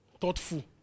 thoughtful